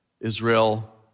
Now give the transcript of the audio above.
Israel